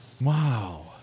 Wow